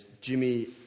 Jimmy